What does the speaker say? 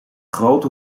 grote